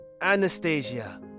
Anastasia